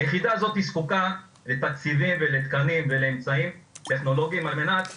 היחידה הזאת זקוקה לתקציבים ולתקנים ולאמצעים טכנולוגיים על מנת להשפיע.